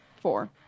four